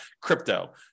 crypto